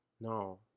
No